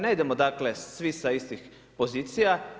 Ne idemo dakle, svi sa istih pozicija.